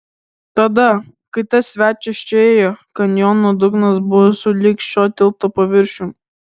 tada kai tas svečias čia ėjo kanjono dugnas buvo sulig šio tilto paviršium